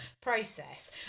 process